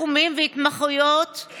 חלקם אפילו בנו כאן אימפריות כלכליות,